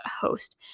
host